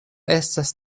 estas